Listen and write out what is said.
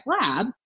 Lab